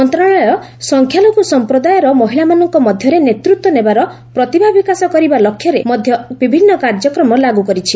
ମନ୍ତ୍ରଶାଳୟ ସଂଖ୍ୟାଲଘୁ ସଂପ୍ରଦାୟର ମହିଳାମାନଙ୍କ ମଧ୍ୟରେ ନେତୃତ୍ୱ ନେବାର ପ୍ରତିଭା ବିକାଶ କରିବା ଲକ୍ଷ୍ୟରେ ମଧ୍ୟ ବିଭିନ୍ନ କାର୍ଯ୍ୟକ୍ରମ ଲାଗୁ କରୁଛି